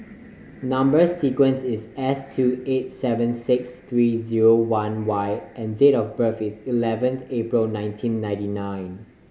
number sequence is S two eight seven six three zero one Y and date of birth is eleven April nineteen ninety nine